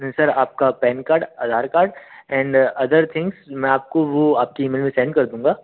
sir आपका PAN card Aadhaar card and other things मैं आपको वह आपकी ईमेल में सेंड कर दूँगा